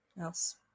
else